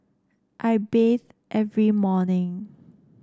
I bathe every morning